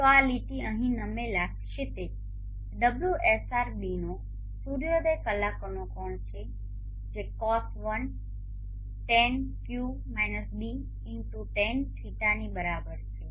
તો આ લીટી અહીં નમેલા ક્ષિતિજ ωsrß નો સૂર્યોદય કલાકોનો કોણ છે જે Cos 1 tan ϕ - ß x tan ᵟ ની બરાબર છે